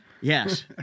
Yes